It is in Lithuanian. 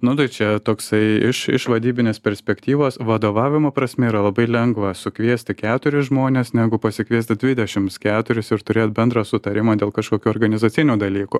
nu čia toksai iš iš vadybinės perspektyvos vadovavimo prasme yra labai lengva sukviesti keturis žmones negu pasikviesti dvidešimt keturis ir turėti bendrą sutarimą dėl kažkokių organizacinių dalykų